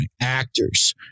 actors